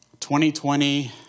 2020